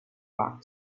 back